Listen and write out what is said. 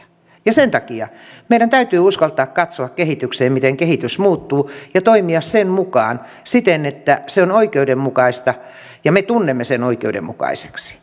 sen takia meidän täytyy uskaltaa katsoa kehitykseen että miten kehitys muuttuu ja toimia sen mukaan siten että se on oikeudenmukaista ja me tunnemme sen oikeudenmukaiseksi